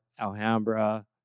Alhambra